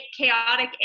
chaotic